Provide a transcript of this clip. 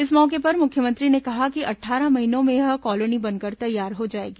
इस मौके पर मुख्यमंत्री ने कहा कि अट्ठारह महीनों में यह कॉलोनी बनकर तैयार हो जाएगी